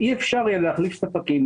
אי אפשר יהיה להחליף ספקים,